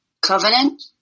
Covenant